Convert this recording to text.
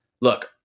look